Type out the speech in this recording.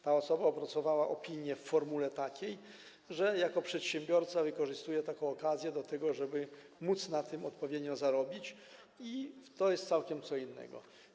Ta osoba opracowała opinię w takiej formule, że jako przedsiębiorca wykorzystuje okazję do tego, żeby móc na tym odpowiednio zarobić, a to jest całkiem co innego.